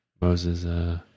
Moses